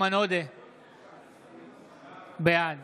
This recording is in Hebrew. בעד